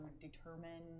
determine